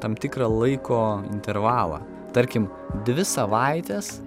tam tikrą laiko intervalą tarkim dvi savaites